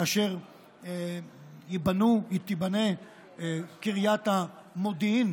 כאשר תיבנה קריית המודיעין